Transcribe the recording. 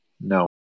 no